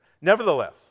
Nevertheless